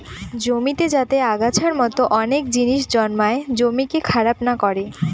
জমিতে যাতে আগাছার মতো অনেক জিনিস জন্মায় জমিকে খারাপ না করে